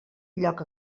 lloc